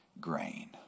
grain